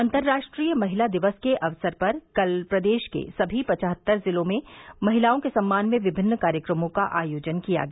अन्तर्राष्ट्रीय महिला दिवस के अवसर पर कल प्रदेश के सभी पचहत्तर जिलों में महिलाओं के सम्मान में विभिन्न कार्यक्रमों का आयोजन किया गया